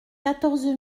quatorze